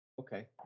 Okay